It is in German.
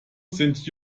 sind